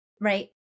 right